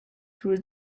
through